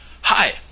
Hi